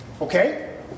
okay